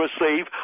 receive